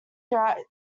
throughout